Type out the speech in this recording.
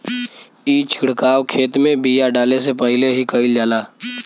ई छिड़काव खेत में बिया डाले से पहिले ही कईल जाला